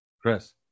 Chris